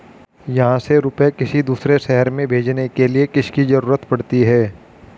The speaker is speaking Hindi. यहाँ से रुपये किसी दूसरे शहर में भेजने के लिए किसकी जरूरत पड़ती है?